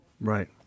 Right